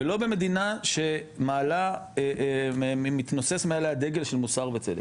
ולא במדינה שמתנוסס מעליה דגל של מוסר וצדק.